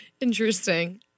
interesting